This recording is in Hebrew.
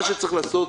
מה שצריך לעשות,